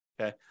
Okay